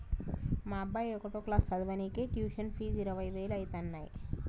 మా అబ్బాయి ఒకటో క్లాసు చదవనీకే ట్యుషన్ ఫీజు ఇరవై వేలు అయితన్నయ్యి